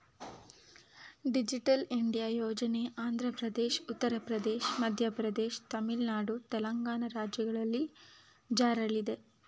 digital India ಯೋಜನೆ ಆಂಧ್ರಪ್ರದೇಶ, ಉತ್ತರ ಪ್ರದೇಶ, ಮಧ್ಯಪ್ರದೇಶ, ತಮಿಳುನಾಡು, ತೆಲಂಗಾಣ ರಾಜ್ಯಗಳಲ್ಲಿ ಜಾರಿಲ್ಲಿದೆ